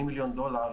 ה-80 מיליון דולר,